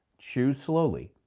chew slowly,